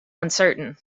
uncertain